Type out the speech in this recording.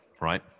right